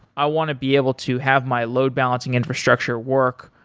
i want to be able to have my load-balancing infrastructure work,